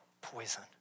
poison